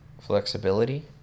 flexibility